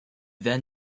then